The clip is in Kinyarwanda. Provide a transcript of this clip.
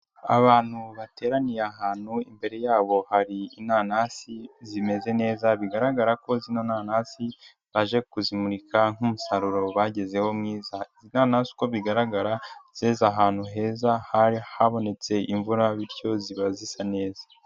Abantu bateraniye ahantu imbere yabo hari inanasi zimeze neza bigaragara ko zino nanasi baje kuzimurika nk'umusaruro bagezeho mwiza, izi nanasi uko bigaragara zeze ahantu heza habonetse imvura bityo ziba zisa neza.